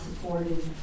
supported